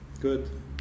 good